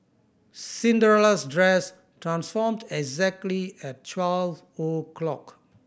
Cinderella's dress transformed exactly at twelve o'clock